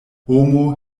homo